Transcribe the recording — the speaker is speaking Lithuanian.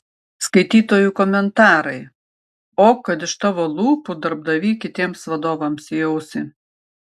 skaitytojų komentarai o kad iš tavo lūpų darbdavy kitiems vadovams į ausį